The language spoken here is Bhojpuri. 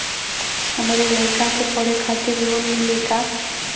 हमरे लयिका के पढ़े खातिर लोन मिलि का?